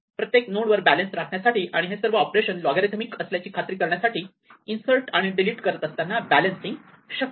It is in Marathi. प्रत्येक नोडवर बॅलेन्स राखण्यासाठी आणि हे सर्व ऑपरेशन लॉगरिदमिक असल्याची खात्री करण्यासाठी इन्सर्ट आणि डिलीट करत असताना बॅलेन्सिन शक्य आहे